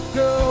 go